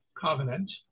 covenant